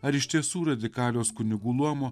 ar iš tiesų radikalios kunigų luomo